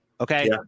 Okay